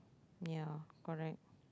ya correct